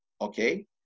okay